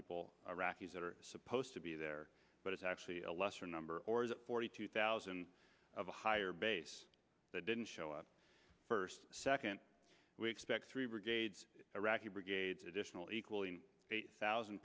people iraq is that are supposed to be there but it's actually a lesser number or is it forty two thousand of a higher base that didn't show up first second we expect three brigades iraqi brigades additional equally eight thousand